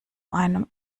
einem